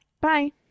Bye